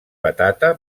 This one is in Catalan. patata